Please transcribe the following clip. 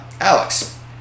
Alex